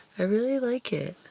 i really like it.